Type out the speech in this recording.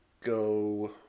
go